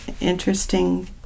interesting